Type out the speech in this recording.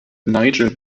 nigel